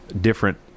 different